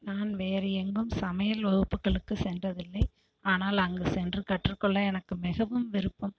நான் வேறு எங்கும் சமையல் வகுப்புகளுக்கு சென்றதில்லை ஆனால் அங்கு சென்று கற்றுக்கொள்ள எனக்கு மிகவும் விருப்பம்